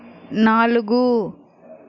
నాలుగు